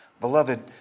Beloved